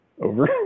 over